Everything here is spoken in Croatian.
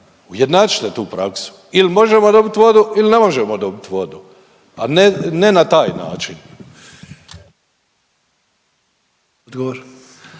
ujednačite tu praksu. Il možemo dobiti vodu il ne možemo dobit vodu, a ne na taj način.